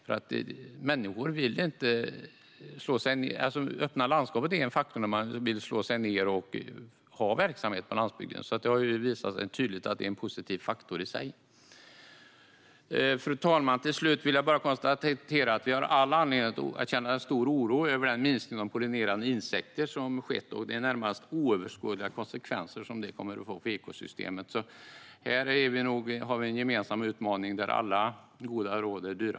Ett öppet landskap är en faktor när man vill slå sig ned och ha en verksamhet på landsbygden. Man har tydligt kunnat visa att det är en positiv faktor i sig. Fru talman! Avslutningsvis vill jag säga att vi har anledning att känna stor oro över den minskning av pollinerande insekter som har skett. Det kommer att få närmast oöverskådliga konsekvenser för ekosystemet. Här har vi en gemensam utmaning där alla goda råd är dyra.